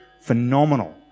phenomenal